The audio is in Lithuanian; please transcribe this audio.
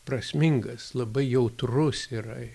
prasmingas labai jautrus yra